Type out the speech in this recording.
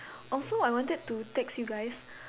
also I wanted to text you guys